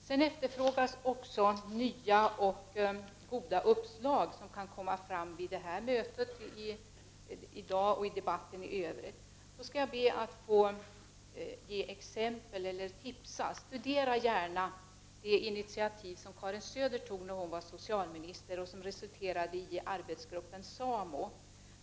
Justitieministern efterfrågar nya och goda uppslag som kan komma fram av dagens debatt och av debatten i övrigt. Jag skall här be att få tipsa justitieministern: Studera gärna det initiativ som Karin Söder tog när hon var socialminister, vilket resulterade i arbetsgruppen SAMO.